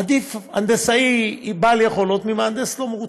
עדיף הנדסאי בעל יכולות ממהנדס לא מרוצה,